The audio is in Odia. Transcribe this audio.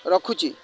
ରଖୁଛି